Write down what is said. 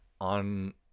on